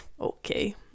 okay